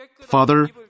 Father